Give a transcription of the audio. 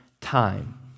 time